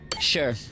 Sure